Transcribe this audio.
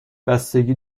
بستگی